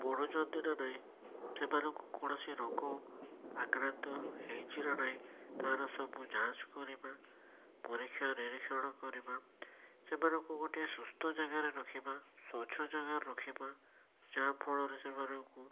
ବଢ଼ୁଛନ୍ତି ନାଁ ନାହିଁ ସେମାନଙ୍କୁ କୌଣସି ରୋଗ ଆକ୍ରାନ୍ତ ହେଇଛି ନାଁ ନାହିଁ ତାର ସବୁ ଯାଞ୍ଚ କରିବା ପରିକ୍ଷା ନିରୀକ୍ଷଣ କରିବା ସେମାନଙ୍କୁ ଗୋଟିଏ ସୁସ୍ଥ ଜାଗାରେ ରଖିବା ସ୍ଵଛ ଜାଗାରେ ରଖିବା ଯାହା ଫଳରେ ସେମାନଙ୍କୁ